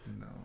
No